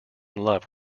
love